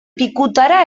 pikutara